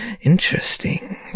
interesting